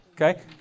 Okay